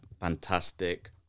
fantastic